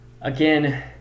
Again